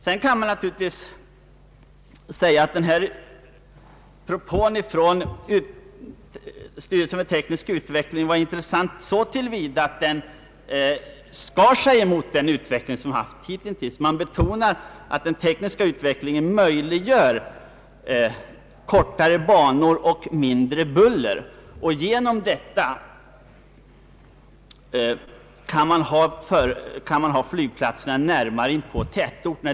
Man kan också säga att propån från styrelsen för teknisk utveckling var intressant så till vida att den skar sig mot den hittillsvarande utvecklingen. Styrelsen har ansett att den tekniska utvecklingen möjliggör kortare banor och mindre buller. Härigenom kan flygplatserna läggas närmare tätorterna än tidigare.